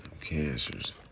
Cancers